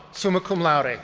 summa cum laude.